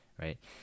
right